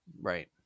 Right